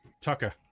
Tucker